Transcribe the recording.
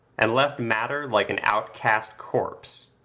and left matter like an outcast corpse.